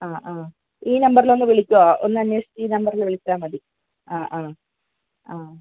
ഈ നമ്പറിലൊന്ന് വിളിക്കാവോ ഒന്ന് അന്വേഷിച്ച് ഈ നമ്പറിലൊന്ന് വിളിച്ചാൽ മതി ആ ആ